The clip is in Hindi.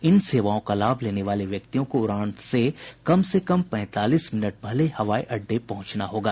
इन सेवाओं का लाभ लेने वाले व्यक्तियों को उड़ान से कम से कम पैंतालीस मिनट पहले हवाई अड्डे पहुंचना होगा